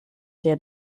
der